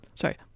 sorry